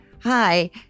Hi